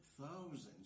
thousands